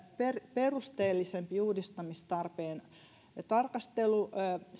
perusteellisemmalle uudistamistarpeen tarkastelulle